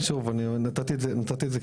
שוב אני נתתי את זה ככותרת,